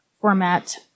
format